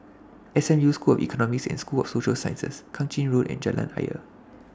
SMU School of Economics and School of Social Sciences Kang Ching Road and Jalan Ayer